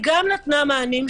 היא גם נתנה מענים,